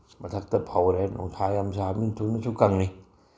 ꯃꯊꯛꯇ ꯐꯧꯔꯦ ꯅꯨꯡꯁꯥ ꯌꯥꯝ ꯁꯥꯕꯅꯤꯅ ꯊꯨꯅꯁꯨ ꯀꯪꯏ